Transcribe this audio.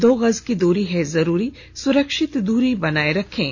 दो गज की दूरी है जरूरी सुरक्षित दूरी बनाए रखें